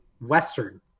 Western